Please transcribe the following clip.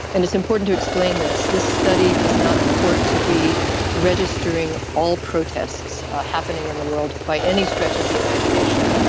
and it's important to explain this this study does not purport to be registering all protests happening in the world by any stretch of the imagination.